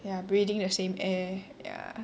ya breathing the same air ya